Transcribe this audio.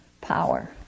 Power